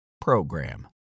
program